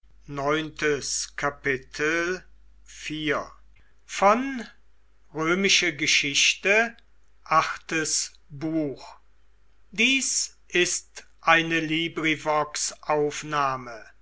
sind ist eine